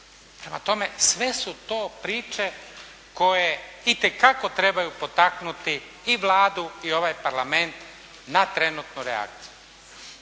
Prema tome sve su to priče koje itekako trebaju potaknuti i Vladu i ovaj Parlament na trenutnu reakciju.